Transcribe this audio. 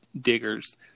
diggers